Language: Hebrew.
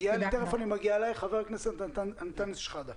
חבר הכנסת אנטאנס שחאדה,